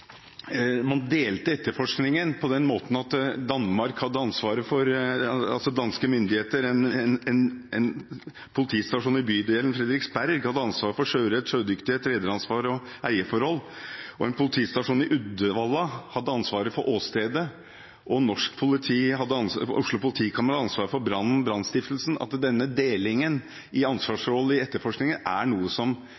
man sitter igjen med mange store spørsmål. Man delte etterforskningen på den måten at danske myndigheter ga en politistasjon i bydelen Fredriksberg ansvaret for sjørett, sjødyktighet, rederansvar og dermed eierforhold, en politistasjon i Uddevalla hadde ansvaret for åstedet, og norsk politi ved Oslo politikammer hadde ansvaret for brannen og brannstiftelsen. Denne delingen av ansvarsforholdene i